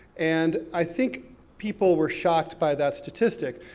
and i think people were shocked by that statistic.